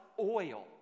oil